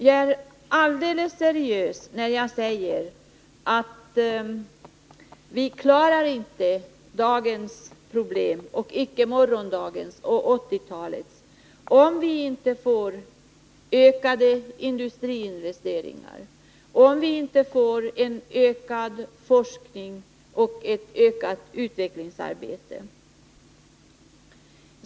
Jag är helt seriös när jag säger att vi inte klarar dagens problem, inte heller morgondagens eller 1980-talets om vi inte får ökade industriinvesteringar, om vi inte får en ökad forskning och ett ökat utvecklingsarbete.